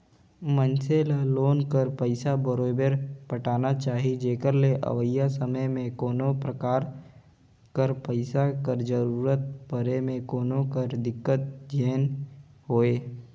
मइनसे ल लोन कर पइसा बरोबेर पटाना चाही जेकर ले अवइया समे में कोनो परकार कर पइसा कर जरूरत परे में कोनो कर दिक्कत झेइन होए